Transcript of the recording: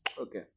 okay